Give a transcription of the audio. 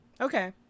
Okay